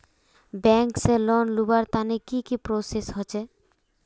Bank से loan लुबार तने की की प्रोसेस होचे?